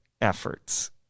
efforts